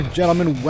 gentlemen